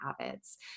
Habits